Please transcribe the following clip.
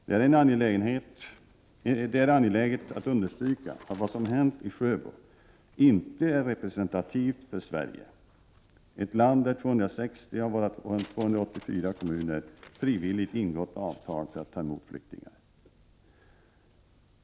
Det är angeläget att understryka att vad som hänt i Sjöbo inte är representativt för Sverige — ett land där 260 av våra 284 kommuner frivilligt ingått avtal för att ta emot flyktingar.